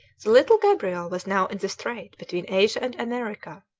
the little gabriel was now in the strait between asia and america,